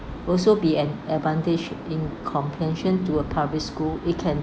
also be an advantage in to a public school it can